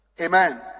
amen